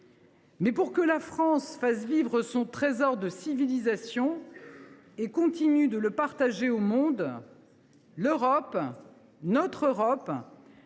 Mais pour que la France fasse vivre son trésor de civilisation et continue de le partager avec le monde, l’Europe – notre Europe